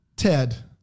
Ted